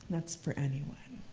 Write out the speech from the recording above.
that's for anyone.